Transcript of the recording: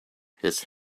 his